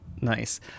Nice